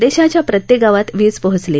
देशाच्या प्रत्येक गावात वीज पोहोचली